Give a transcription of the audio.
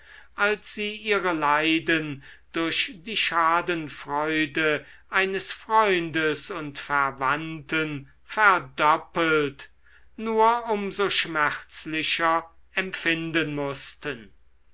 als sie ihre leiden durch die schadenfreude eines freundes und verwandten verdoppelt nur um so schmerzlicher empfinden mußten